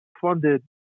funded